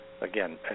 again